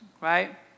right